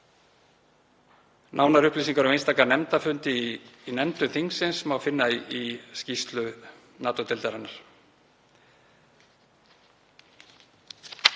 Nánari upplýsingar um einstaka nefndarfundi í nefndum þingsins má finna í skýrslu NATO-deildarinnar.